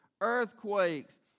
earthquakes